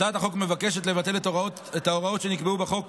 הצעת החוק מבקשת לבטל את ההוראות שנקבעו בחוק